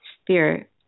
spirit